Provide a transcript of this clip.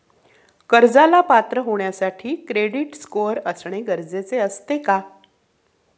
कर्जाला पात्र होण्यासाठी क्रेडिट स्कोअर असणे गरजेचे असते का?